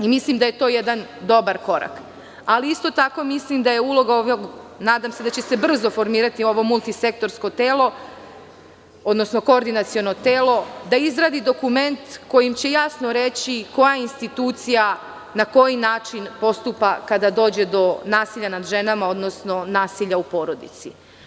Mislim da je to jedan dobar korak, ali isto tako mislim da je uloga ovog, nadam se da će se brzo formirati ovo multisektorsko telo, odnosno koordinaciono telo, da izradi dokument kojim će jasno reći koja institucija, na koji način postupa kada dođe do nasilja nad ženama, odnosno nasilja u porodici.